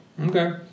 okay